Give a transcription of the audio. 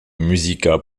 musica